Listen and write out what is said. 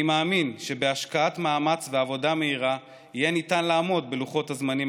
אני מאמין שבהשקעת מאמץ ועבודה מהירה יהיה ניתן לעמוד בלוחות הזמנים